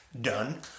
done